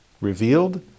revealed